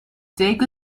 take